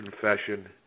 confession